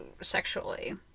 sexually